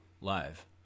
live